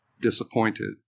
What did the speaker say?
disappointed